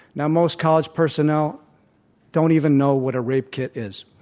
now, most college personnel don't even know what a rape kit is.